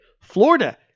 Florida